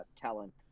talent